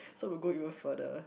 so we'll go even further